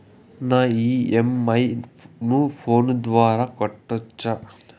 నా ఇ.ఎం.ఐ ను ఫోను ద్వారా కట్టొచ్చా?